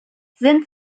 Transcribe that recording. sind